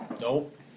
Nope